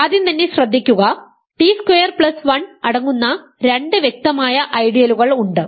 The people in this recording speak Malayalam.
ആദ്യം തന്നെ ശ്രദ്ധിക്കുക ടി സ്ക്വയർ പ്ലസ് 1 അടങ്ങുന്ന രണ്ട് വ്യക്തമായ ഐഡിയലുകൾ ഉണ്ട്